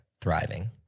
thriving